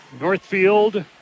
Northfield